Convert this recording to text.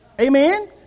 Amen